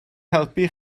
helpu